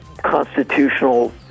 constitutional